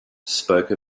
spoke